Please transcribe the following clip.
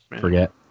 forget